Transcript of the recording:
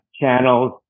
channels